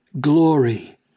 glory